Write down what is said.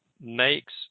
makes